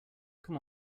come